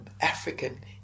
African